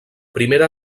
primera